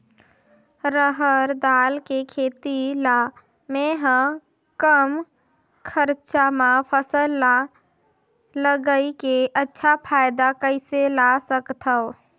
रहर दाल के खेती ला मै ह कम खरचा मा फसल ला लगई के अच्छा फायदा कइसे ला सकथव?